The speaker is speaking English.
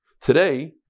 Today